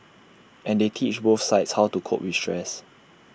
and they teach both sides how to cope with stress